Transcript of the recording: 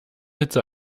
hitze